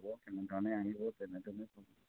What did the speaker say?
হ'ব তেনেধৰণে আহিব যেনে তেনে